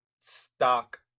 stock